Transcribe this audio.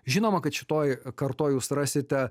žinoma kad šitoj kartoj jūs rasite